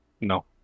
No